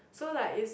so like is